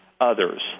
Others